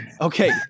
Okay